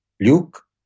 Luke